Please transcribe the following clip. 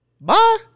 Bye